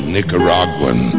Nicaraguan